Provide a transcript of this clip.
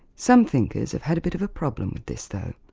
some thinkers have had a bit of a problem with this, though.